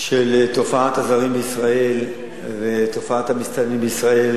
של תופעת הזרים בישראל ותופעת המסתננים בישראל